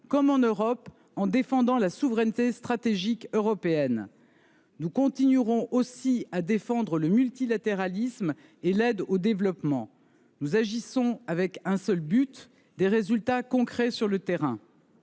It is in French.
comme en Europe, en défendant la souveraineté stratégique européenne. Nous continuerons aussi à défendre le multilatéralisme et l’aide au développement. Nous agissons avec un seul but : des résultats concrets sur le terrain.